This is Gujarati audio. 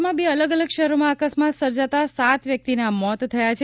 રાજ્યમાં બે અલગ અલગ શહેરમાં અકસ્માત સર્જાતા સાત વ્યક્તિના મોત થયા છે